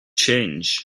change